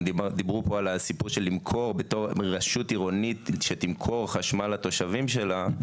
דיברו פה על הסיפור שרשות עירונית תמכור חשמל לתושבים שלה,